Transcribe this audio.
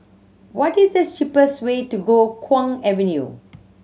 what is the cheapest way to go Kwong Avenue